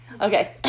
Okay